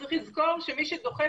צריך לזכור שמי שדוחף,